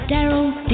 Daryl